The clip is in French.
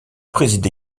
préside